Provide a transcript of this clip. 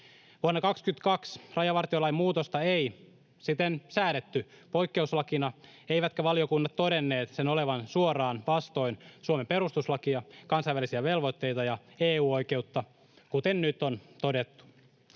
Vuonna 2022 rajavartiolain muutosta ei siten säädetty poikkeuslakina, eivätkä valiokunnat todenneet sen olevan suoraan vastoin Suomen perustuslakia, kansainvälisiä velvoitteita ja EU-oikeutta, kuten nyt on todettu.